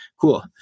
Cool